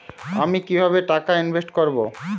আমি কিভাবে টাকা ইনভেস্ট করব?